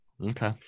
Okay